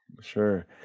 Sure